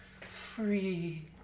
free